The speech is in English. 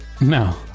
No